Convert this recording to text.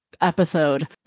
episode